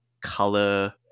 color